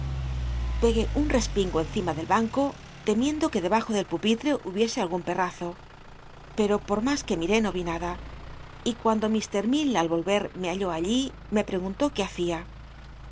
un respingo encima del banco temiendo que debajo del pupitre hubiese algun perrazo pero por mas que miré no yi nada y cuando mr i al volver me halló allí me preg unto que hacia